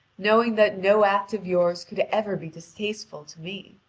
knowing that no act of yours could ever be distasteful to me.